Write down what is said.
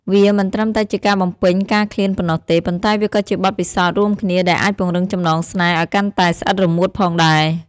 វាមិនត្រឹមតែជាការបំពេញការឃ្លានប៉ុណ្ណោះទេ ប៉ុន្តែវាក៏ជាបទពិសោធន៍រួមគ្នាដែលអាចពង្រឹងចំណងស្នេហ៍ឲ្យកាន់តែស្អិតរមួតផងដែរ។